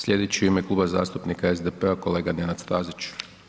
Sljedeći u ime Kluba zastupnika SDP-a kolega Nenad Stazić.